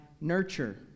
nurture